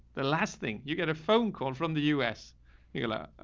the last thing, you get a phone call from the u s nicola. oh.